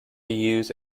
use